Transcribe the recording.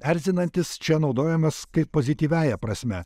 erzinantis čia naudojamas kaip pozityviąja prasme